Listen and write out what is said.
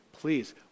please